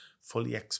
fully